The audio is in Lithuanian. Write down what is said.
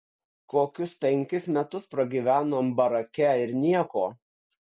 kokius penkis metus pragyvenom barake ir nieko